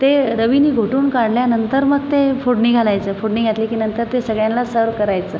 ते रवीनी घोटून काढल्यानंतर मग ते फोडणी घालायचं फोडणी घातली की नंतर ते सगळ्यांना सर्व करायचं